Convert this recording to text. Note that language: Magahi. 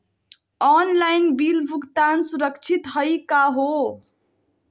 ऑनलाइन बिल भुगतान सुरक्षित हई का हो?